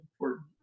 important